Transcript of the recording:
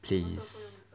please